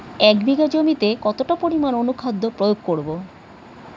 এক বিঘা জমিতে কতটা পরিমাণ অনুখাদ্য প্রয়োগ করব?